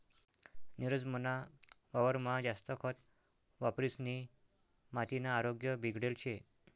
नीरज मना वावरमा जास्त खत वापरिसनी मातीना आरोग्य बिगडेल शे